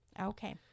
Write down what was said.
Okay